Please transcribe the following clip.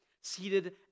Seated